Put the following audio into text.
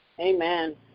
Amen